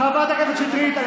חברת הכנסת שטרית.